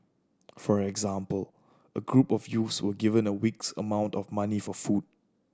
for example a group of youths were given a week's amount of money for food